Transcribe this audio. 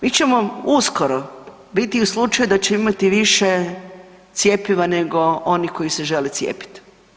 Mi ćemo uskoro biti u slučaju da ćemo imati više cjepiva nego onih koji se žele cijepiti.